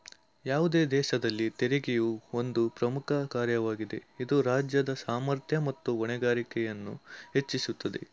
ಯಾವುದೇ ದೇಶದಲ್ಲಿ ತೆರಿಗೆಯು ಒಂದು ಪ್ರಮುಖ ಕಾರ್ಯವಾಗಿದೆ ಇದು ರಾಜ್ಯದ ಸಾಮರ್ಥ್ಯ ಮತ್ತು ಹೊಣೆಗಾರಿಕೆಯನ್ನು ಹೆಚ್ಚಿಸುತ್ತದೆ